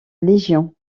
légion